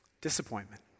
Disappointment